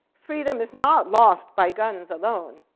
freedom is not lost by guns alone.